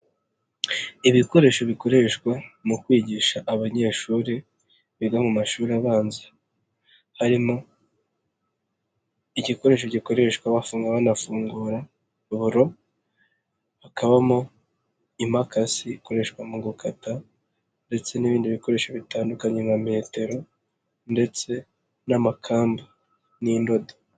Ibikoresho bikoreshwa mu kwigisha abanyeshuri biga mu mashuri abanza, harimo igikoresho gikoreshwa bafunga banafungura buro, hakabamo imakasi ikoreshwa mu gukata, ndetse n'ibindi bikoresho bitandukanye nka metero ndetse n'amakamba n'indodo.